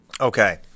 Okay